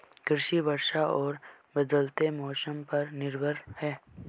कृषि वर्षा और बदलते मौसम पर निर्भर है